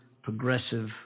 progressive